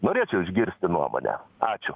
norėčiau išgirsti nuomonę ačiū